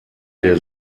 der